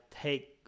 take